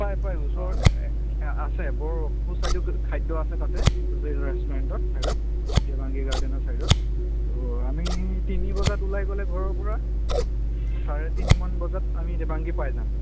পায় পায় ওচৰত আছে বৰ সুস্বাদু খাদ্য আছে তাতে জৈন ৰেষ্টুৰেণ্টত ছাইডত দেৱাংগী গাৰ্ডেনৰ চাইদত তো আমি তিনি বজাত ওলাই গ'লে ঘৰৰ পৰা চাৰে তিনিমান বজাত আমি দেৱাংগী পাই যাম